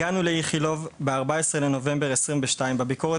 הגענו לאיכילוב ב-14 בנובמבר 2022. בביקורת